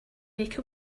make